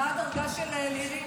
מה הדרגה של לירי?